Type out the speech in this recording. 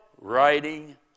writing